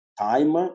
time